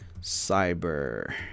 cyber